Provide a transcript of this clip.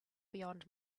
beyond